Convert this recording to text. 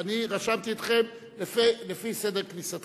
רשמתי אתכם לפי סדר כניסתכם.